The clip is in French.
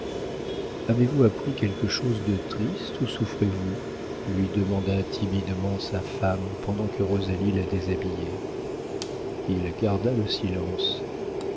avez-vous appris quelque chose de triste ou souffrez-vous lui demanda timidement sa femme pendant que rosalie la déshabillait il garda le silence